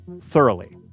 thoroughly